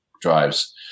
drives